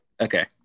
Okay